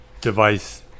device